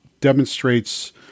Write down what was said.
demonstrates